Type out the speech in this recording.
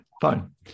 fine